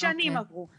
עברו שנים.